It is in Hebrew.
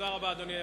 אדוני היושב-ראש.